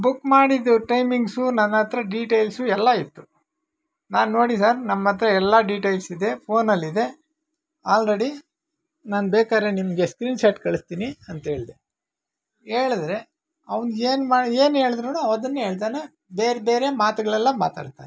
book ಮಾಡಿದ್ದು timings ನನ್ನ ಹತ್ರ ಡೀಟೇಲ್ಸು ಎಲ್ಲ ಇತ್ತು ನಾನು ನೋಡಿ ಸರ್ ನಮ್ಮ ಹತ್ರ ಎಲ್ಲ ಡೀಟೈಲ್ಸ್ ಇದೆ ಫೋನಲ್ಲಿದೆ ಆಲ್ರಡಿ ನಾನು ಬೇಕಾದ್ರೆ ನಿಮಗೆ ಸ್ಕ್ರೀನ್ಶಾಟ್ ಕಳಿಸ್ತೀನಿ ಅಂತ ಹೇಳ್ದೆ ಹೇಳದ್ರೆ ಅವನ್ಗೇನು ಮಾ ಏನು ಹೇಳ್ದ್ರುನು ಅದನ್ನೇ ಹೇಳ್ತಾನೆ ಬೇರೆ ಬೇರೆ ಮಾತುಗಳೆಲ್ಲ ಮಾತಾಡ್ತಾನೆ